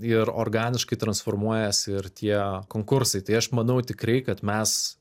ir organiškai transformuojasi ir tie konkursai tai aš manau tikrai kad mes